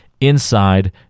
inside